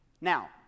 now